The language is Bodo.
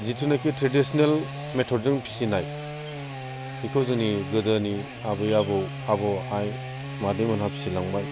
जितुनिकि ट्रेडिसनेल मेथडजों फिसिनाय बेखौ जोंनि गोदोनि आबै आबौ आब' आइ मादै मोनहा फिसिलांबाय